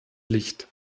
licht